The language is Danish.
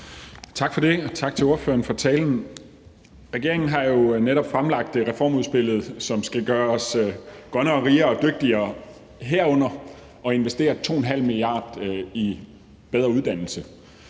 Tak for det, og tak til ordføreren for talen. Regeringen har jo netop fremlagt reformudspillet, som skal gøre os grønnere, rigere og dygtigere ved bl.a. at investere 2,5 mia. kr. i bedre uddannelse.